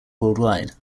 worldwide